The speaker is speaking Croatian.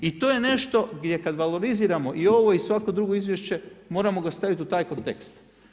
I to je nešto gdje kad valoriziramo i ovo i svako drugo izvješće, moramo ga staviti u taj kontekst.